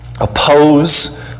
oppose